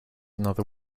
another